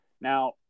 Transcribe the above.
Now